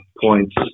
points